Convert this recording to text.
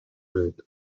ride